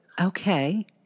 Okay